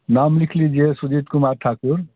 नाम लिख लीजिए सुजीत कुमार ठाकुर